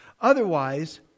Otherwise